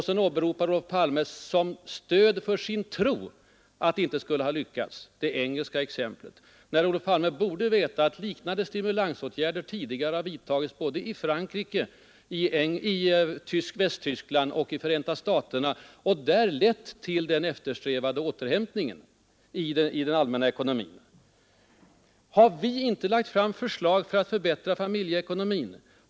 Som stöd för sin tro att det inte skulle lyckas åberopar sedan Olof Palme det engelska exemplet, när Olof Palme borde veta att liknande stimulansåtgärder tidigare har vidtagits i Frankrike, Västtyskland och Förenta Staterna och där lett till den eftersträvade återhämtningen i den allmänna ekonomin. Har vi inte lagt fram förslag för att förbättra familjeekonomin?